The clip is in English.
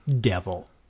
Devil